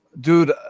dude